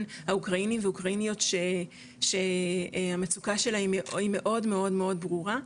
האוקראינים והאוקראיניות שהמצוקה שלהם היא מאוד מאוד ברורה,